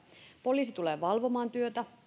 poliisi tulee valvomaan työtä